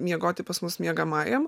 miegoti pas mus miegamajam